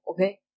okay